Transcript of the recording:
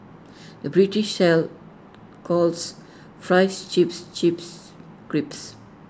the British sell calls Fries Chips Chips crisps